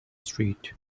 street